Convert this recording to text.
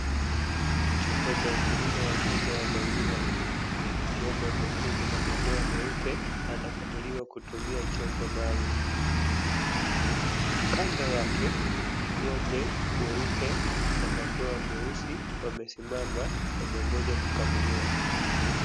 Chumba cha ukulima wa ng'ombe wa maziwa. Ng'ombe mwekundu na madoa meupe, anakamuliwa kutumia chombo maalum. Kando yako, ni ng'mbe weupe na madoa meusi, wamesimama wamengoja kukamuliwa.